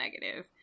negative